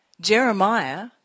Jeremiah